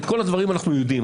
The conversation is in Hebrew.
את כל הדברים אנחנו יודעים.